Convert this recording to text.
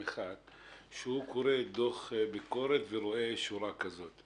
שקורא דוח ביקורת ורואה שורה כזאת?